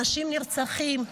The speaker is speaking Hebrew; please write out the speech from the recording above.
אנשים נרצחים.